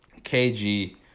KG